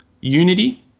unity